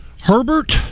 Herbert